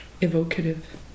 evocative